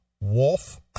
WOLF